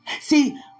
See